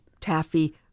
Taffy